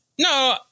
no